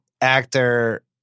actor